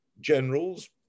generals